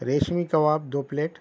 ریشمی کباب دو پلیٹ